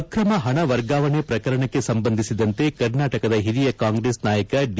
ಅಕ್ರಮ ಹಣ ವರ್ಗಾವಣೆ ಪ್ರಕರಣಕ್ಕೆ ಸಂಬಂಧಿಸಿದಂತೆ ಕರ್ನಾಟಕದ ಹಿರಿಯ ಕಾಂಗ್ರೆಸ್ ನಾಯಕ ಡಿ